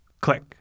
Click